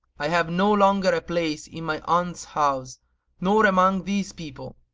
i have no longer a place in my aunt's house nor among these people,